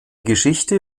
geschichte